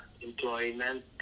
employment